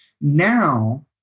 now